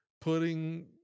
putting